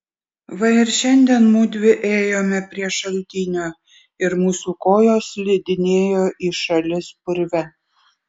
va ir šiandien mudvi ėjome prie šaltinio ir mūsų kojos slidinėjo į šalis purve